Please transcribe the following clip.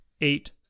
eight